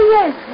yes